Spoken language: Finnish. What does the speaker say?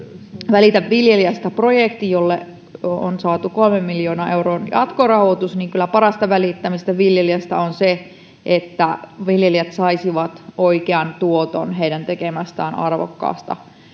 välitä viljelijästä projekti jolle on saatu kolmen miljoonan euron jatkorahoitus niin kyllä parasta välittämistä viljelijästä on se että viljelijät saisivat oikean tuoton heidän tekemästään arvokkaasta